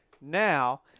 Now